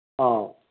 ꯑꯧ